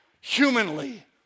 humanly